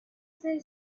say